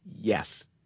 Yes